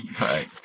Right